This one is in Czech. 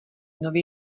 nově